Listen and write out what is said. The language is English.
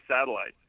satellites